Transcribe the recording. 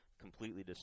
Completely